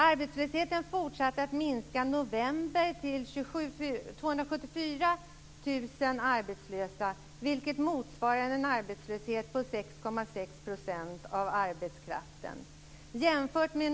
Arbetslösheten fortsatte i november att minska till 274 000 arbetslösa, vilket motsvarar en arbetslöshet på 6,6 % av arbetskraften.